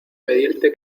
pedirte